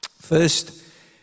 First